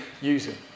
using